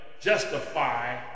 justify